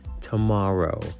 tomorrow